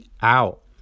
out